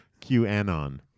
QAnon